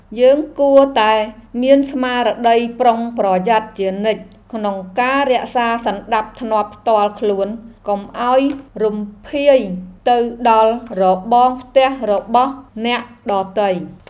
យើងគួរតែមានស្មារតីប្រុងប្រយ័ត្នជានិច្ចក្នុងការរក្សាសណ្តាប់ធ្នាប់ផ្ទាល់ខ្លួនកុំឱ្យរំភាយទៅដល់របងផ្ទះរបស់អ្នកដទៃ។